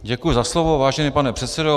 Děkuji za slovo, vážený pane předsedo.